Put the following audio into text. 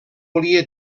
volia